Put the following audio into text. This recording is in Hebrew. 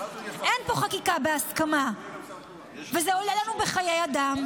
אין פה חקיקה בהסכמה וזה עולה לנו בחיי אדם.